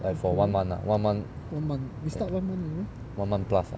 like for one month lah one month one month plus lah